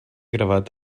gravat